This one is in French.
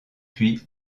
puis